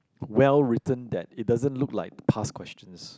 well written that it doesn't look like past questions